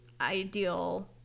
ideal